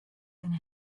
and